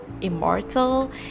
immortal